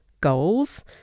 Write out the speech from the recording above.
goals